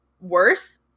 worse